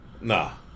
Nah